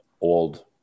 old